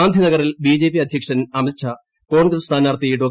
ഗാന്ധിനഗറിൽ ബിജെപി അധ്യക്ഷൻ അമിത്ഷാ കോൺഗ്രസ് സ്ഥാനാർത്ഥി ഡോ